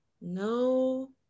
no